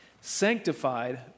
sanctified